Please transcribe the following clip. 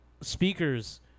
speakers